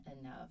enough